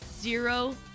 zero